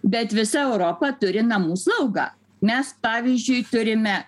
bet visa europa turi namų saugą mes pavyzdžiui turime